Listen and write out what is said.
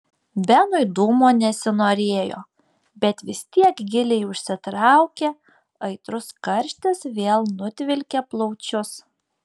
benui dūmo nesinorėjo bet vis tiek giliai užsitraukė aitrus karštis vėl nutvilkė plaučius